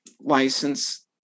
license